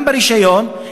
גם ברישיון,